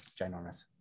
ginormous